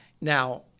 Now